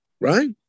right